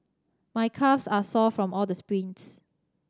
my calves are sore from all the sprints